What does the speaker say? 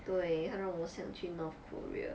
对它让我想去 North korea